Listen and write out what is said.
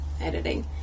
editing